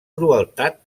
crueltat